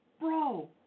Bro